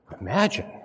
Imagine